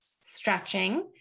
stretching